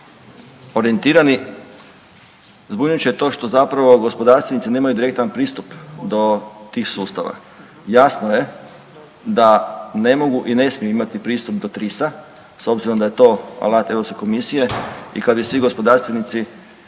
orijentirani, zbunjujuće je to što zapravo gospodarstvenici nemaju direktan pristup do tih sustava. Jasno je da ne mogu i ne smiju imati pristup do TRIS-a s obzirom da je to alat Europske komisije i kad bi svi gospodarstvenici